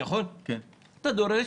אתה דורש